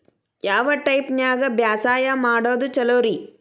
ಯಾವ ಟೈಪ್ ನ್ಯಾಗ ಬ್ಯಾಸಾಯಾ ಮಾಡೊದ್ ಛಲೋರಿ?